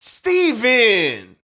Steven